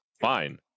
fine